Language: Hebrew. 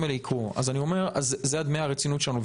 אז אני אומר: זה דמי הרצינות שלנו.